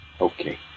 Okay